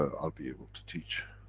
ah i'll be able to teach,